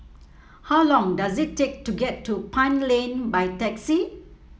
how long does it take to get to Pine Lane by taxi